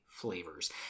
flavors